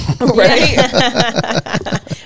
Right